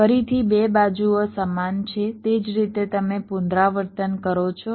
ફરીથી 2 બાજુઓ સમાન છે તે જ રીતે તમે પુનરાવર્તન કરો છો